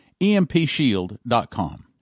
empshield.com